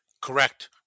Correct